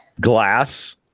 glass